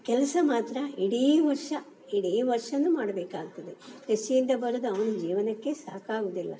ಕೆಲಸ ಮಾತ್ರ ಇಡೀ ವರ್ಷ ಇಡೀ ವರ್ಷವೂ ಮಾಡಬೇಕಾಗ್ತದೆ ಕೃಷಿಯಿಂದ ಬರೋದು ಅವ್ನ ಜೀವನಕ್ಕೆ ಸಾಕಾಗುವುದಿಲ್ಲ